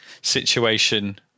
situation